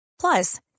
Plus